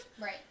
Right